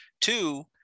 Two